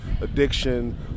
addiction